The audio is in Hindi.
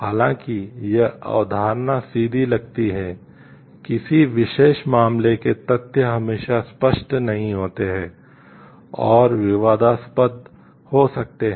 हालांकि यह अवधारणा सीधी लगती है किसी विशेष मामले के तथ्य हमेशा स्पष्ट नहीं होते हैं और विवादास्पद हो सकते हैं